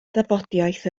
dafodiaith